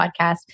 podcast